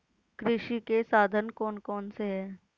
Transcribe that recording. कृषि के साधन कौन कौन से हैं?